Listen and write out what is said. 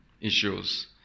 issues